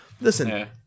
Listen